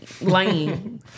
lame